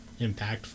impactful